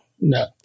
no